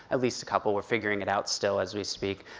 at least a couple, we're figuring it out still, as we speak.